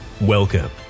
Welcome